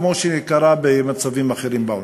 כמו שקרה במצבים אחרים בעולם.